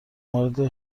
مورد